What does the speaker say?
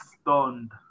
stunned